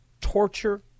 torture